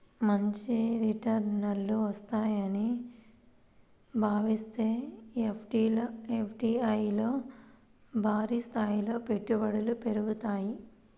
మంచి రిటర్నులు వస్తాయని భావిస్తే ఎఫ్డీఐల్లో భారీస్థాయిలో పెట్టుబడులు పెరుగుతాయి